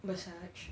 massage